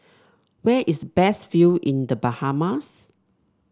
where is best view in The Bahamas